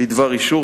בדבר אישור.